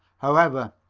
however,